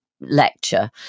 lecture